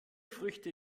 früchte